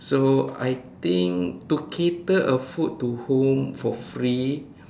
so I think to cater a food to home for free